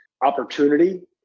opportunity